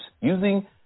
using